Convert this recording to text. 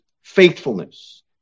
faithfulness